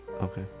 Okay